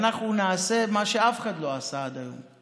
שאנחנו נעשה מה שאף אחד לא עשה עד היום.